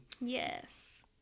yes